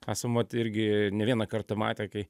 esam vat irgi ne vieną kartą matę kai